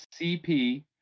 CP